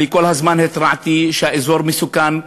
אני כל הזמן התרעתי שהאזור מסוכן,